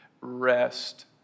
rest